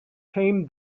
came